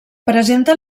presenta